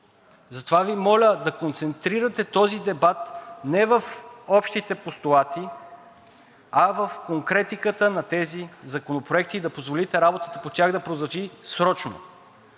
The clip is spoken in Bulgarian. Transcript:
Затова Ви моля да концентрирате този дебат не в общите постулати, а в конкретиката на тези законопроекти и да позволите работата по тях да продължи срочно.